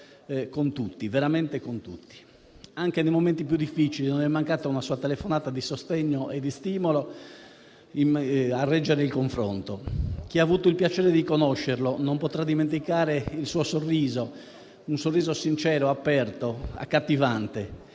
continua del dialogo con tutti. Anche nei momenti più difficili non è mancata una sua telefonata di sostegno e stimolo a reggere il confronto. Chi ha avuto il piacere di conoscerlo non potrà dimenticare il suo sorriso sincero, aperto e accattivante,